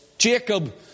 Jacob